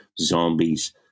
zombies